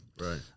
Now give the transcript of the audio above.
Right